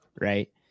right